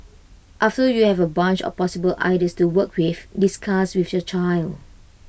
after you have A bunch of possible ideas to work with discuss with your child